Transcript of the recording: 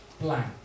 blank